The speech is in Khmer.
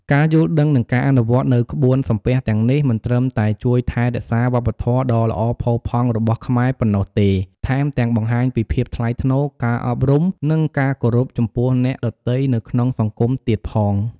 ការយល់ដឹង និងការអនុវត្តនូវក្បួនសំពះទាំងនេះ មិនត្រឹមតែជួយថែរក្សាវប្បធម៌ដ៏ល្អផូរផង់របស់ខ្មែរប៉ុណ្ណោះទេ ថែមទាំងបង្ហាញពីភាពថ្លៃថ្នូរ ការអប់រំ និងការគោរពចំពោះអ្នកដទៃនៅក្នុងសង្គមទៀតផង។